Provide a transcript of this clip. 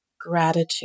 gratitude